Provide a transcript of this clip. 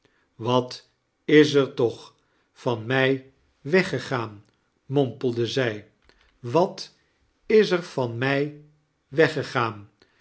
wat is er toch van mij weggegaan mompelde zij wat is er van mij weggegaan